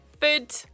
Food